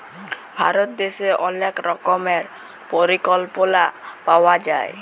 ভারত দ্যাশে অলেক রকমের পরিকল্পলা পাওয়া যায়